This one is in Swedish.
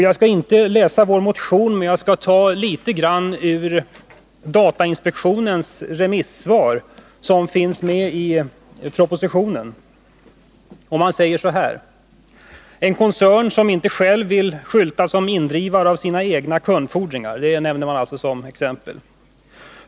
Jag skall inte läsa upp vår motion, men jag skall citera litet ur datainspektionens remissvar, som finns intaget i propositionen och där man som exempel nämner: ”En koncern vill inte själv skylta som indrivare av sina egna kundfordringar.